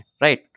Right